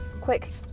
quick